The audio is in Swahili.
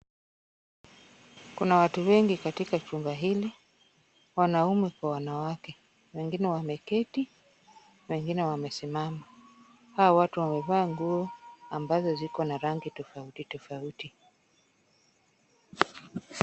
Kuna watu wengi katika chumba hiki, wanaume kwa wanawake. Wengine wameketi, wengine wamesimama . Hawa watu wamevaa nguo ambazo ziko na rangi tofauti tofauti.